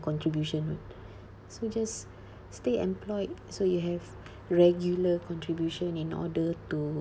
contribution [what] so just stay employed so you have regular contribution in order to